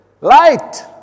Light